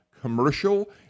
commercial